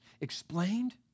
Explained